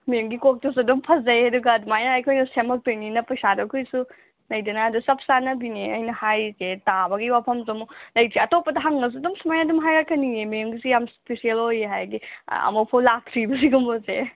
ꯃꯦꯝꯒꯤ ꯀꯣꯛꯇꯨꯁꯨ ꯑꯗꯨꯝ ꯐꯖꯩ ꯑꯗꯨꯒ ꯑꯗꯨꯃꯥꯏꯅ ꯑꯩꯈꯣꯏꯅ ꯁꯦꯝꯃꯛꯇꯣꯏꯅꯤꯅ ꯄꯩꯁꯥꯗꯣ ꯑꯩꯈꯣꯏꯁꯨ ꯂꯩꯗꯅ ꯑꯗꯣ ꯆꯞ ꯆꯥꯟꯅꯕꯤꯅꯦ ꯑꯩꯅ ꯍꯥꯏꯔꯤꯁꯦ ꯇꯥꯕꯒꯤ ꯋꯥꯐꯝꯁꯨ ꯑꯃꯨꯛ ꯂꯩꯇꯦ ꯑꯇꯣꯞꯄꯗ ꯍꯪꯉꯁꯨ ꯑꯗꯨꯝ ꯁꯨꯃꯥꯏꯅ ꯑꯗꯨꯝ ꯍꯥꯏꯔꯛꯀꯅꯤꯌꯦ ꯃꯦꯝꯒꯤꯁꯦ ꯌꯥꯝ ꯏꯁꯄꯤꯁꯦꯜ ꯑꯣꯏꯌꯦ ꯍꯥꯏꯗꯤ ꯑꯃꯨꯛꯐꯥꯎ ꯂꯥꯛꯇ꯭ꯔꯤꯕ ꯁꯤꯒꯨꯝꯕꯁꯦ